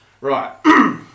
Right